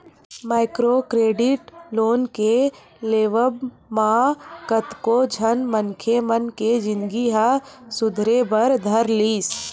micro credit loan के लेवब म कतको झन मनखे मन के जिनगी ह सुधरे बर धर लिस